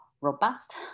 robust